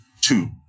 two